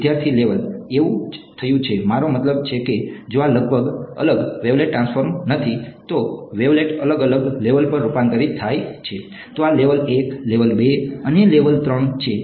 વિદ્યાર્થી લેવલ એવું જ થયું છે મારો મતલબ છે કે જો આ અલગ વેવલેટ ટ્રાન્સફોર્મ્સ નથી તો વેવલેટ અલગ અલગ લેવલ પર રૂપાંતરિત થાય છે તો આ લેવલ 1 લેવલ 2 અને લેવલ 3 છે